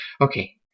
okay